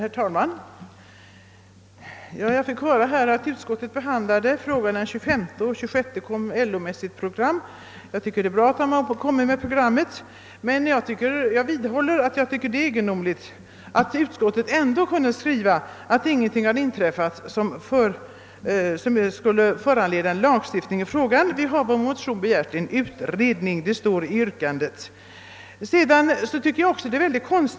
Herr talman! Jag fick nu höra att utskottet behandlade frågan den 25 februari och att LO den 26 februari kom med sitt programförslag. Jag tycker att det är bra att detta förslag har framlagts, men jag vidhåller att jag anser det vara egendomligt att utskottet kunnat skriva att ingenting inträffat sedan föregående år som kan föranleda en lagstiftning i frågan. Vi har i vår motion begärt en utredning; det framgår av yrkandet. I mitt föregående anförande hänvisade jag ju också till pågående avtalsförhandlingar.